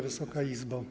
Wysoka Izbo!